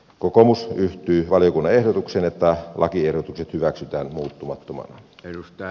kokoomus yhtyy valiokunnan ehdotukseen että lakiehdotukset hyväksytään muuttumattomina